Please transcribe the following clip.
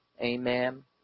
amen